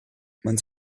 man